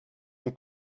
ont